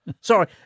Sorry